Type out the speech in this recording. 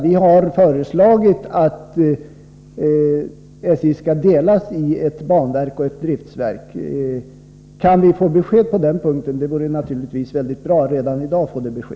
Vi har föreslagit att SJ skall delas i ett banverk och ett driftsverk. Kan vi få besked på den punkten redan i dag vore det naturligtvis mycket bra.